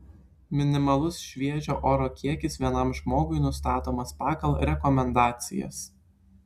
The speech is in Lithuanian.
minimalus šviežio oro kiekis vienam žmogui nustatomas pagal rekomendacijas